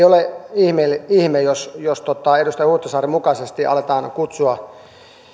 ole ihme jos jos edustaja huhtasaaren mukaisesti aletaan kutsua